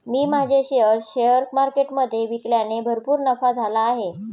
मी माझे shares share मार्केटमधे विकल्याने भरपूर नफा झाला आहे